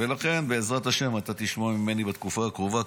ולכן, בעזרת השם, אתה תשמע ממני בתקופה הקרובה.